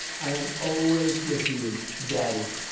i am always with you. daddy.